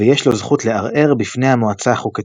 ויש לו זכות לערער בפני המועצה החוקתית.